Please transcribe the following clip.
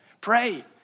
pray